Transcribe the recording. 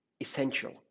essential